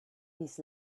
his